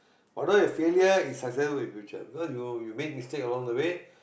although your failure is successful for your future because you you made mistake along the way